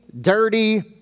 dirty